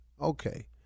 okay